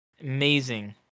Amazing